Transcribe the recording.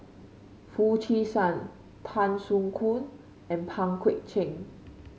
Foo Chee San Tan Soo Khoon and Pang Guek Cheng